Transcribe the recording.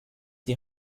die